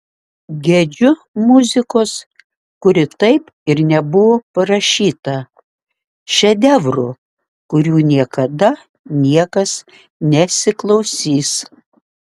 gedžiu muzikos kuri taip ir nebuvo parašyta šedevrų kurių niekada niekas nesiklausys